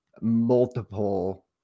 multiple